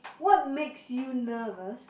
what makes you nervous